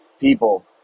people